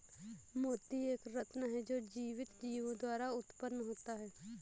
मोती एक रत्न है जो जीवित जीवों द्वारा उत्पन्न होता है